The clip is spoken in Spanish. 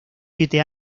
siete